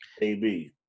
AB